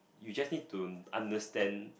you just need to understand